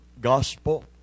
gospel